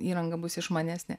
įranga bus išmanesnė